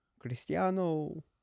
Cristiano